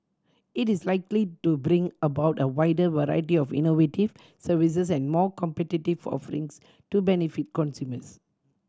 it is likely to bring about a wider variety of innovative services and more competitive offerings to benefit consumers